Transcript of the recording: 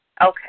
Okay